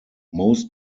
most